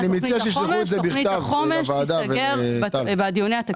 תוכנית החומש תיסגר בדיוני התקציב הקרובים.